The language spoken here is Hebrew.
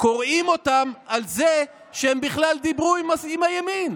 קורעים אותם על זה שהם בכלל דיברו עם הימין.